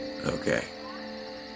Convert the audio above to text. Okay